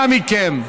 אנא מכם.